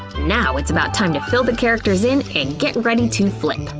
now it's about time to fill the characters in and get ready to flip!